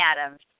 Adams